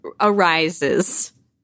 arises